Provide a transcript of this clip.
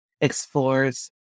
explores